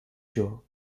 tour